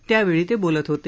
त्यावेळी ते बोलत होते